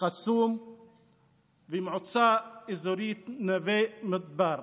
אל-קסום והמועצה האזורית נווה מדבר.